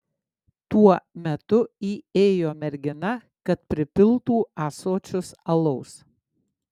tuo metu įėjo mergina kad pripiltų ąsočius alaus